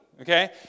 okay